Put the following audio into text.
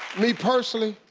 me personally,